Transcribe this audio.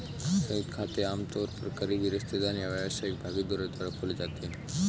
संयुक्त खाते आमतौर पर करीबी रिश्तेदार या व्यावसायिक भागीदारों द्वारा खोले जाते हैं